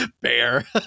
bear